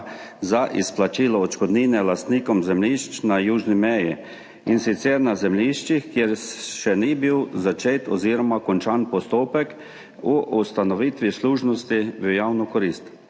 za izplačilo odškodnine lastnikom zemljišč na južni meji, in sicer na zemljiščih, kjer še ni bil začet oziroma končan postopek o ustanovitvi služnosti v javno korist.